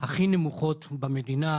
הכי נמוכות במדינה